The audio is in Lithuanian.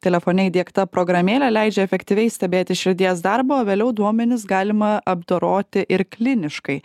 telefone įdiegta programėlė leidžia efektyviai stebėti širdies darbą o vėliau duomenis galima apdoroti ir kliniškai